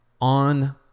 on